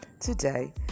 today